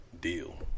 deal